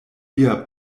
via